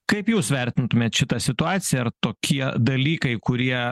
kaip jūs vertintumėt šitą situaciją ar tokie dalykai kurie